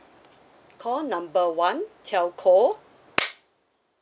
call number one telco